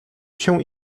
się